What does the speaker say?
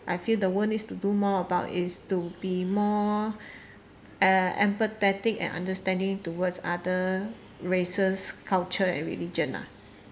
I feel the world needs to do more about is to be more empathetic and understanding towards other races culture and religion lah